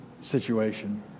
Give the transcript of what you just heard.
situation